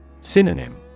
Synonym